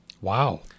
Wow